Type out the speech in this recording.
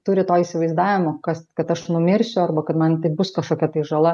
turi to įsivaizdavimo kas kad aš numirsiu arba kad man tai bus kažkokia tai žala